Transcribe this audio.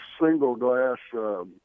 single-glass